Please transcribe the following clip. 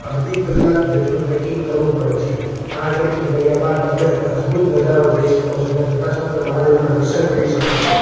અડધીક કલાક જેટલું ટ્રેકિંગ કરવું પડે છે આ ટ્રેકિંગ કર્યા બાદ તમે અદભૂત નજારો જોઈ શકો છો ને જટાશંકર મહાદેવના દર્શન કરી શકો છો